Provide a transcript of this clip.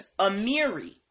Amiri